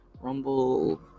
rumble